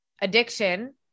addiction